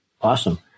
Awesome